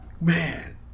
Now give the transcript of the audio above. Man